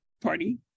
Party